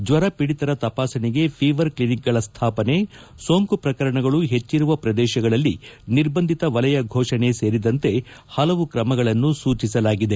ಜ್ವರ ಖೀಡಿತರ ತಪಾಸಣೆಗೆ ಫಿವರ್ ಕ್ಷಿನಿಕ್ಗಳ ಸ್ವಾಪನೆ ಸೋಂಕು ಪ್ರಕರಣಗಳು ಹೆಚ್ಚಿರುವ ಪ್ರದೇಶಗಳಲ್ಲಿ ನಿರ್ಬಂಧಿತ ವಲಯ ಘೋಷಣೆ ಸೇರಿದಂತೆ ಹಲವು ಕ್ರಮಗಳನ್ನು ಸೂಚಿಸಲಾಗಿದೆ